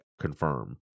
confirm